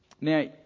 Now